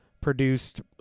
produced